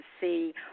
see